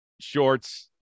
shorts